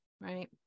right